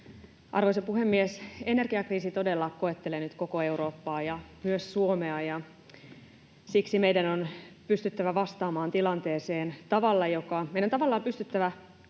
Arvoisa puhemies! Energiakriisi todella koettelee nyt koko Eurooppaa ja myös Suomea, ja siksi meidän on pystyttävä vastaamaan tilanteeseen tavalla, jolla meidän on tavallaan pystyttävä johtamaan